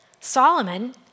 Solomon